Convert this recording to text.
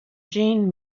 jean